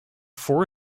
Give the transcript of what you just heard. four